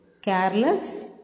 Careless